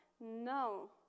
No